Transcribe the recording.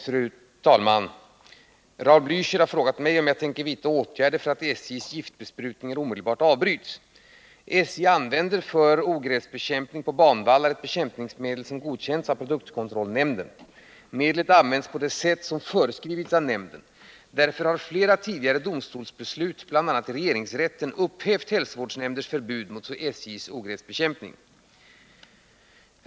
Fru talman! Raul Bliächer har frågat mig om jag tänker vidta åtgärder för att SJ:s giftbesprutningar omedelbart avbryts. SJ använder för ogräsbekämpning på banvallar ett bekämpningsmedel som godkänts av produktkontrollnämnden. Medlet används på det sätt som föreskrivits av nämnden. Därför har flera tidigare domstolsbeslut — bl.a. i regeringsrätten — upphävt hälsovårdsnämnders förbud mot SJ:s ogräsbekämpning.